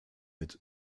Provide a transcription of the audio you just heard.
mit